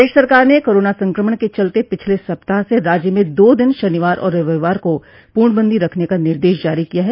प्रदेश सरकार ने कोरोना संक्रमण के चलते पिछले सप्ताह से राज्य में दो दिन शनिवार और रविवार को पूर्णबंदी रखने का निर्देश जारी किया है